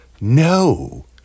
No